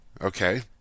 okay